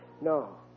No